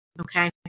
Okay